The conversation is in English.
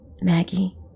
Maggie